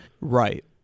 Right